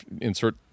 insert